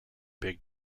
big